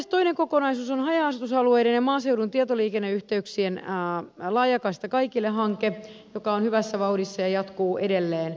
toinen kokonaisuus on haja asutusalueiden ja maaseudun tietoliikenneyhteyksien laajakaista kaikille hanke joka on hyvässä vauhdissa ja jatkuu edelleen